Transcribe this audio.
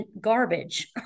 garbage